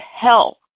hell